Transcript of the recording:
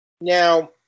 Now